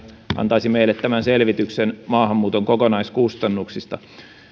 antaisi meille tämän selvityksen maahanmuuton kokonaiskustannuksista